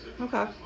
Okay